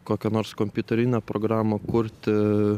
kokią nors kompiuterinę programą kurti